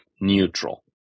neutral